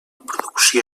producció